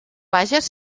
vages